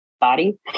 body